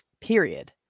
period